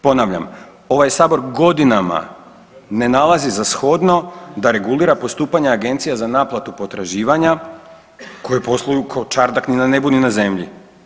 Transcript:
Ponavljam, ovaj Sabor godinama ne nalazi za shodno da regulira postupanje agencija za naplatu potraživanja koje posluju kao čardak, ni na nebu ni na zemlji.